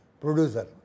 producer